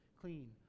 clean